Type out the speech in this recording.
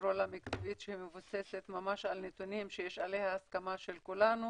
לקרוא לה ממוקדת שמבוססת ממש על נתונים שיש עליה הסכמה של כולנו